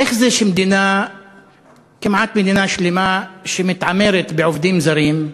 איך זה שכמעט מדינה שלמה שמתעמרת בעובדים זרים,